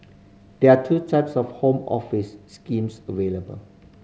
there are two types of Home Office schemes available